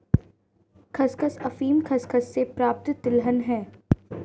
खसखस अफीम खसखस से प्राप्त तिलहन है